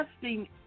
testing